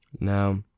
Now